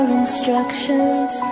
instructions